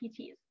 PTs